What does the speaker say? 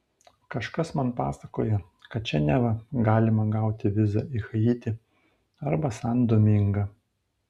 kažkas man pasakojo kad čia neva galima gauti vizą į haitį arba san domingą